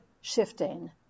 shifting